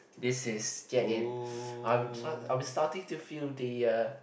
this is getting I'm st~ I'm starting to feel the err